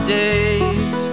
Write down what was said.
days